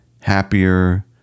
happier